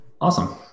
Awesome